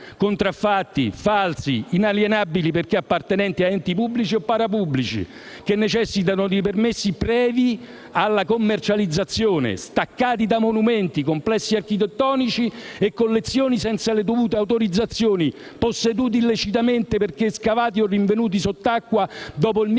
contraffatti, falsi, inalienabili perché appartenenti a enti pubblici o parapubblici, che necessitano di permessi previ alla commercializzazione, staccati da monumenti, complessi architettonici e collezioni senza le dovute autorizzazioni, posseduti illecitamente, perché scavati o rinvenuti sottacqua dopo il 1909, oggetto